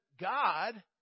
God